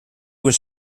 was